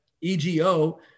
EGO